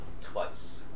twice